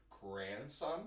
grandson